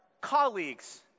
colleagues